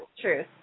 true